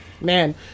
Man